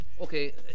Okay